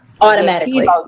Automatically